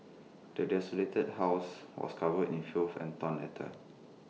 the desolated house was covered in filth and torn letters